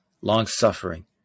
long-suffering